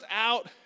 out